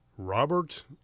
Robert